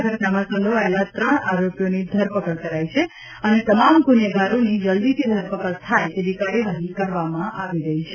આ ઘટનામાં સંડોવાયેલ ત્રણ આરોપીઓની ધરપકડ કરાઈ છે અને તમામ ગુનેગારોની જલદીથી ધરપકડ થાય તેવી કાર્યવાહી કરવામાં આવી રહી છે